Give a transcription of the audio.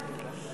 ודאי.